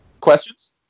Questions